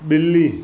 बि॒ली